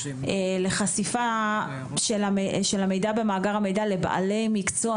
לחשיפה של המידע במאגר המידע לבעלי מקצוע?